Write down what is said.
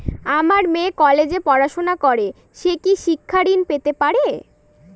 আমার মেয়ে কলেজে পড়াশোনা করে সে কি শিক্ষা ঋণ পেতে পারে?